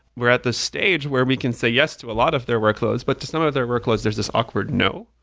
where at the stage where we can say yes to a lot of their workloads, workloads, but to some of their workloads, there's this awkward no.